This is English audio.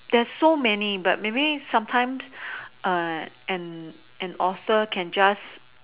there's so many but maybe sometimes err an an author can just